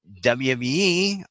WWE